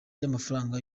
by’amafaranga